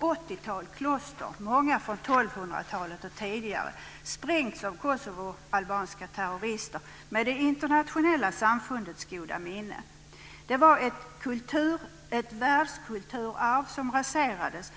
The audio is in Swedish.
åttiotal kloster, många från 1200-talet och tidigare, sprängts av kosovoalbanska terrorister med det internationella samfundets goda minne. Det var ett världskulturarv som raserades.